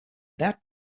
that